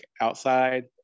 outside